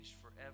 forever